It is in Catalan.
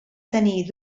tenir